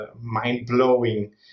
mind-blowing